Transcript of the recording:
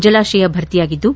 ಜಲಾಶಯ ಭರ್ತಿಯಾಗಿದ್ದು